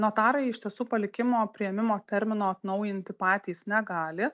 notarai iš tiesų palikimo priėmimo termino atnaujinti patys negali